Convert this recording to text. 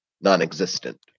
non-existent